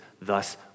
thus